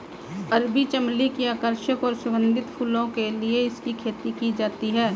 अरबी चमली की आकर्षक और सुगंधित फूलों के लिए इसकी खेती की जाती है